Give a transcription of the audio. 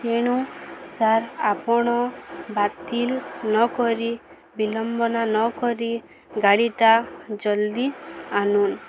ତେଣୁ ସାର୍ ଆପଣ ବାତିଲ ନକରି ବିଲମ୍ବନା ନକରି ଗାଡ଼ିଟା ଜଲ୍ଦି ଆନୁନ୍